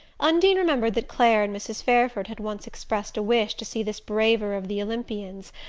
undine remembered that clare and mrs. fairford had once expressed a wish to see this braver of the olympians,